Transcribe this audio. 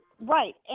right